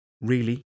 Really